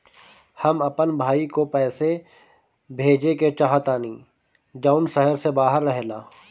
हम अपन भाई को पैसा भेजे के चाहतानी जौन शहर से बाहर रहेला